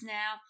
now